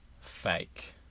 Fake